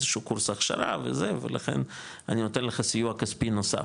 באיזשהו קורס הכשרה וזה ולכן אני נותן לך סיוע כספי נוסף,